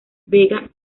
vega